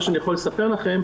מה שאני יכול לספר לכם,